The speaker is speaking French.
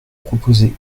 proposez